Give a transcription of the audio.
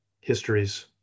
histories